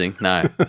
no